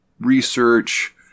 research